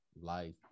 life